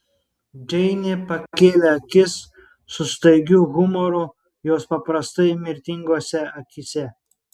džeinė pakėlė akis su staigiu humoru jos paprastai mirtingose akyse